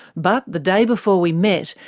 but the day before we met,